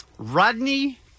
Rodney